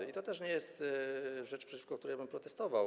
I to też nie jest rzecz, przeciwko której bym protestował.